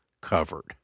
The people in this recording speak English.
covered